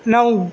نو